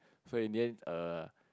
so in the end err